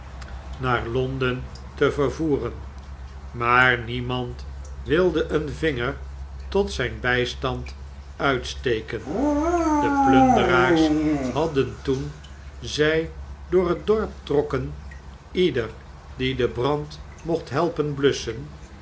naar londen te vervoeren maar niemand wilde een vinger tot zijn bijstand uitsteken de plunderaars hadden toen zij door het iorp trokken ieder die den brand rnocht helpen blusschen